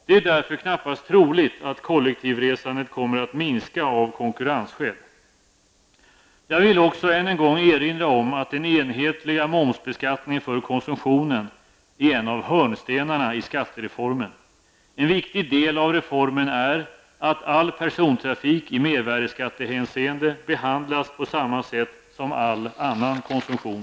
Det är därför knappast troligt att kollektivresandet kommer att minska av konkurrensskäl. Jag vill också än en gång erinra om att den enhetliga momsbeskattningen för konsumtionen är en av hörnstenarna i skattereformen. En viktig del av reformen är att all persontrafik i mervärdeskattehänseende behandlas på samma sätt som all annan konsumtion.